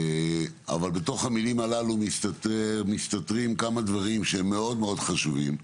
אבל בתוך המילים הללו מסתתרים כמה דברים שהם מאוד מאוד חשובים.